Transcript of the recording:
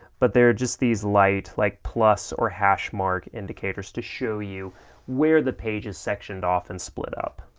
but they're just these light like plus or hashmark indicators to show you where the page is sectioned off and split up.